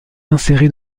insérées